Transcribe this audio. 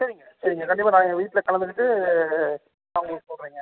சரிங்க சரிங்க கண்டிப்பாக நான் எங்கள் வீட்டில் கலந்துக்கிட்டு நான் உங்களுக்குச் சொல்கிறேங்க